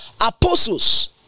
apostles